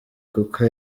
kuko